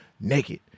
naked